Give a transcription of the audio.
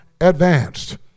advanced